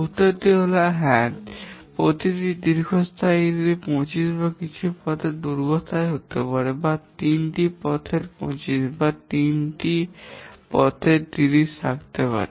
উত্তরটি হল হ্যাঁ প্রতিটি দীর্ঘস্থায়ী হিসাবে 25 বা কিছু পথের দুটি দীর্ঘ পথ হতে পারে বা তিনটি পাথের 25 বা তিনটি পাথের 30 থাকতে পারে